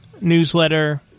newsletter